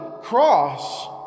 cross